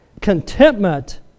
Contentment